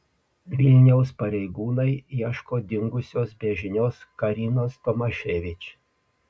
vilniaus pareigūnai ieško dingusios be žinios karinos tomaševič